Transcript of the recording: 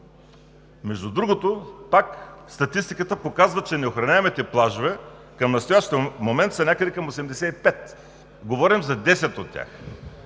Между другото, пак статистиката показва, че неохраняемите плажове към настоящия момент са някъде към 85. (Председателят